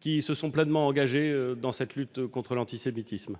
qui se sont pleinement engagés dans la lutte contre l'antisémitisme.